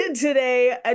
today